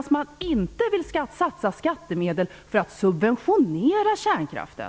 Men jag tror inte att man vill satsa skattemedel för att subventionera kärnkraften.